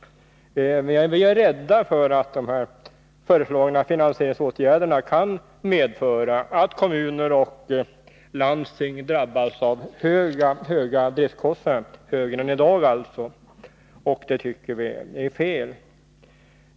Vi är rädda för att de föreslagna finansieringsåtgärderna kan medföra att kommuner och landsting drabbas av alltför höga driftkostnader, och det tycker vi är fel.